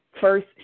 first